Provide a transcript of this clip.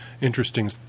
interesting